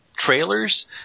Trailers